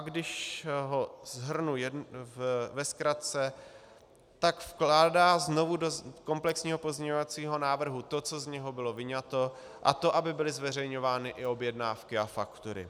Když ho shrnu ve zkratce, tak vkládá znovu do komplexního pozměňovacího návrhu to, co z něho bylo vyňato, a to aby byly zveřejňovány i objednávky a faktury.